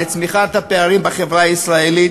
לצמיחת הפערים בחברה הישראלית